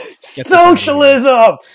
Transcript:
Socialism